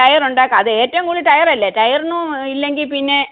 tyre ഉണ്ടാക്കാം അത് ഏറ്റവും കൂടുതൽ ടയർ അല്ലേ ടയർനും ഇല്ലെങ്കിൽ പ്പിന്നെ